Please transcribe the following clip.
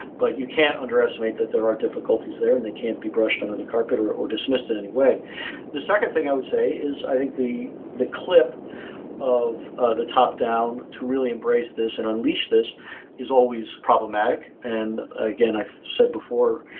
but you can't underestimate that there are difficulties there and they can't be brushed under the carpet or or dismissed in anyway the second thing i would say is i think the the clip of ah the top-down to really embrace this and unleash this is always problematic. and again, i said before,